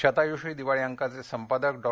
शतायुषी दिवाळी अंकाचे संपादक डॉ